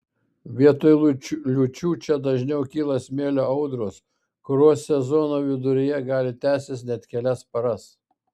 vietoj liūčių čia dažniau kyla smėlio audros kurios sezono viduryje gali tęstis net kelias paras